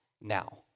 now